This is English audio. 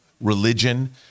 religion